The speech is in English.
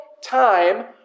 time